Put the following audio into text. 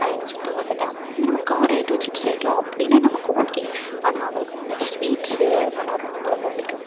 அது எனக்கு சுத்தமாக செட் ஆகாது அதே மாதிரி காரம் ஐட்டம் சிப்ஸ் ஐட்டம் அப்படினா நமக்கு ஓகே ஆனால் அவளுக்கு வந்து அந்த ஸ்வீட்ஸ் அது மாதிரினா ரொம்ப ரொம்ப பிடிக்கும்